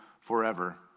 forever